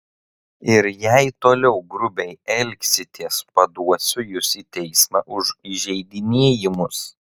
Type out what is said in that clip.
ir jei toliau grubiai elgsitės paduosiu jus į teismą už įžeidinėjimus